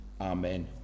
Amen